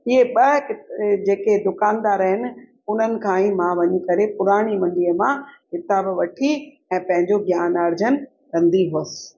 इहे ॿ अ जेके दुकानदार आहिनि उन्हनि खां ही मां वञी करे पुराणी मंडीअ मां किताब वठी ऐं पंहिंजो ज्ञान अर्जन कंदी हुयसि